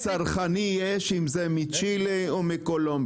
איזה ערך צרכני יש אם זה מצ'ילה או מקולומביה.